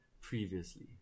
previously